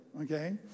Okay